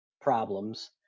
problems